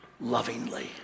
lovingly